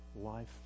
life